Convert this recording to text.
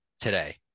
today